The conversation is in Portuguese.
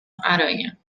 aranha